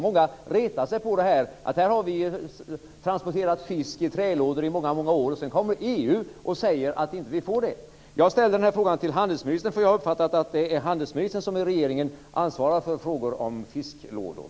Många retar sig på sådant här. Vi har i många år transporterat fisk i trälådor, och nu säger EU att vi inte får göra det. Jag ställer min fråga till handelsministern, eftersom jag har uppfattat att det är han som i regeringen ansvarar för frågor om fisklådor.